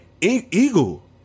Eagle